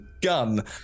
gun